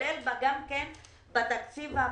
שייכלל גם בתקציב הבא.